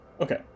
Okay